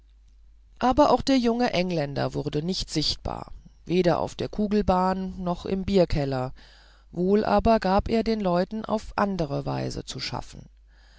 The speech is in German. aber auch der junge engländer wurde nicht sichtbar weder auf der kugelbahn noch im bierkeller wohl aber gab er den leuten auf andere weise viel zu schaffen